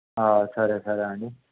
సరే సరే అండి